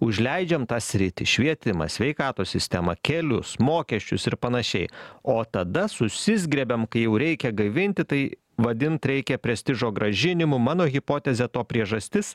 užleidžiam tą sritį švietimą sveikatos sistemą kelius mokesčius ir panašiai o tada susizgriebiam kai jau reikia gaivinti tai vadint reikia prestižo grąžinimu mano hipotezė to priežastis